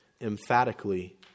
emphatically